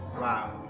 Wow